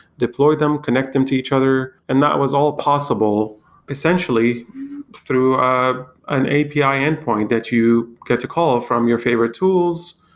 deployed them, connect them to each other, and that was all possible essentially through an api endpoint that you get to call from your favorite tools,